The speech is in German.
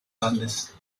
landes